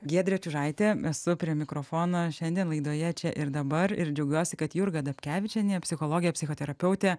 giedrė čiužaitė esu prie mikrofono šiandien laidoje čia ir dabar ir džiaugiuosi kad jurga dapkevičienė psichologė psichoterapeutė